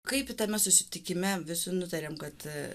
kaip tame susitikime visi nutarėm kad